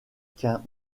qu’un